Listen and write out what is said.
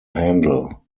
handle